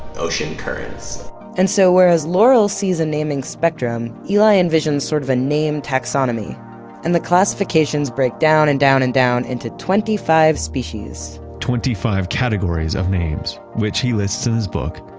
ocean currents and so whereas laurel sees a naming spectrum, eli envisions sort of a name taxonomy and the classifications break down and down and down into twenty five species twenty five categories of names which he lists in his book,